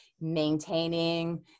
maintaining